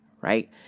right